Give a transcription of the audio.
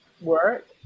work